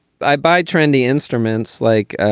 i buy trendy instruments like.